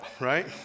right